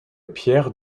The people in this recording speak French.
pierre